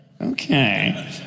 Okay